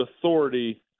authority